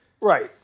Right